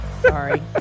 sorry